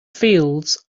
fields